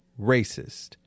racist